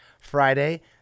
Friday